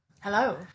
Hello